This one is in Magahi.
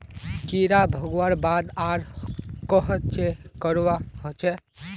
कीड़ा भगवार बाद आर कोहचे करवा होचए?